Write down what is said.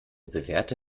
bewährte